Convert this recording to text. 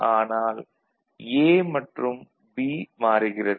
ஆனால் A மற்றும் B மாறுகிறது